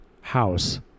house